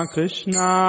Krishna